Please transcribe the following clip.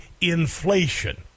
inflation